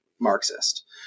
Marxist